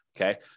Okay